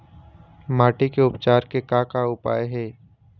माटी के उपचार के का का उपाय हे?